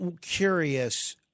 curious